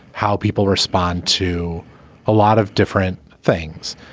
how people respond to a lot of different things.